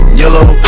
yellow